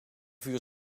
vuur